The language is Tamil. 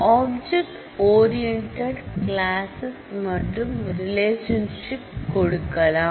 ஆப்ஜட் ஓரியண்டட் கிளாசஸ் மற்றும் ரிலேஷன்ஷிப் கொடுக்கலாம்